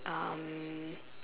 um